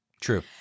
true